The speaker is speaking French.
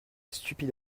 stupide